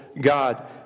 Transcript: God